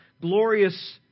glorious